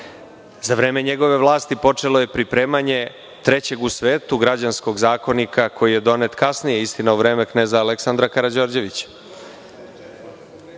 vreme njegove vlasti počelo je pripremanje trećeg u svetu građanskog zakonika, koji je donet kasnije, istina u vreme kneza Aleksandra Karađorđevića. Vi